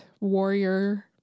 warrior